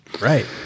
Right